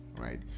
right